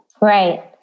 Right